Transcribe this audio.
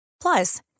Plus